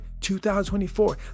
2024